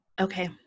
okay